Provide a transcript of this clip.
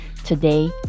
Today